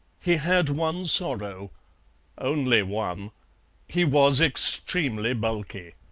he had one sorrow only one he was extremely bulky.